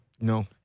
No